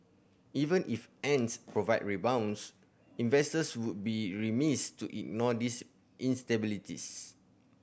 even if Ant's profit rebounds investors would be remiss to ignore these instabilities